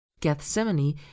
Gethsemane